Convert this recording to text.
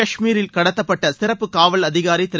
கஷ்மீரில் கடத்தப்பட்ட சிறப்பு காவல் அதிகாரி திரு